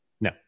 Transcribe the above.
No